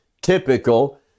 typical